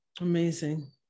amazing